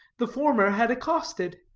the former had accosted.